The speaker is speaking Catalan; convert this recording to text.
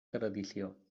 tradició